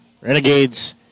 Renegades